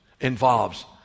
involves